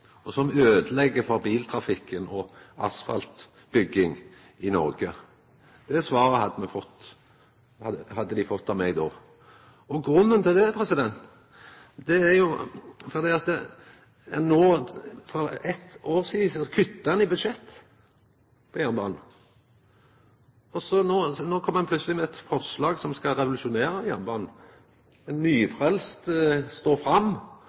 fellesskapsløysingar, som øydelegg for biltrafikken og asfaltlegging i Noreg. Det svaret hadde dei fått av meg då. Grunnen til det er at ein for eitt år sidan kutta i budsjettet for jernbanen – og no kjem ein plutseleg med eit forslag som skal revolusjonera jernbanen. Ein nyfrelst står fram.